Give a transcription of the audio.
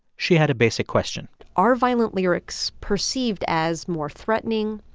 she had a basic question are violent lyrics perceived as more threatening,